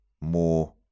more